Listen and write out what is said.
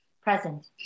Present